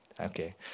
Okay